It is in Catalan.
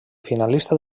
finalista